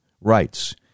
rights